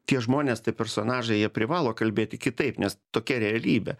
tie žmonės tai personažai jie privalo kalbėti kitaip nes tokia realybė